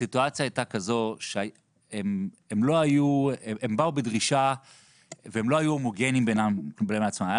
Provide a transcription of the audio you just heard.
הסיטואציה הייתה שהם בו בדרישה והם לא היו הומוגניים בינם לבין עצמם.